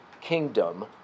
kingdom